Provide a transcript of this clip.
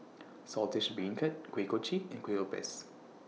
Saltish Beancurd Kuih Kochi and Kuih Lopes